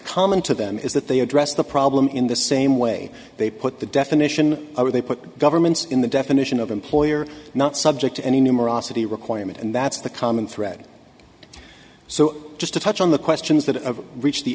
common to them is that they address the problem in the same way they put the definition or they put governments in the definition of employer not subject to any numerosity requirement and that's the common thread so just to touch on the questions that a reach the